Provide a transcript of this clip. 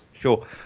Sure